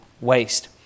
waste